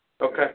Okay